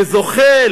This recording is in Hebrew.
וזוכה,